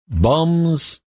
bums